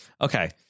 Okay